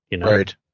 Right